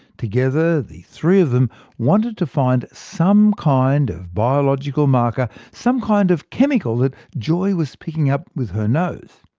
together, the three of them wanted to find some kind of biological marker some kind of chemical that joy was picking up with her nose.